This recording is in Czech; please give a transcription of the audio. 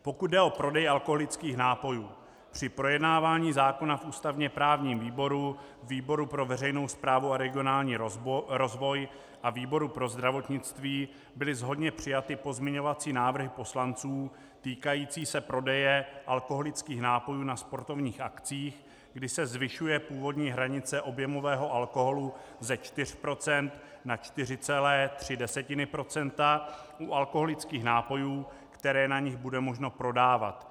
Pokud jde o prodej alkoholických nápojů, při projednávání zákona v ústavněprávním výboru, výboru pro veřejnou správu a regionální rozvoj a výboru pro zdravotnictví byly shodně přijaty pozměňovací návrhy poslanců týkající se prodeje alkoholických nápojů na sportovních akcích, kdy se zvyšuje původní hranice objemového alkoholu ze 4 % na 4,3 % u alkoholických nápojů, které na nich bude možno prodávat.